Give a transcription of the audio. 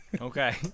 Okay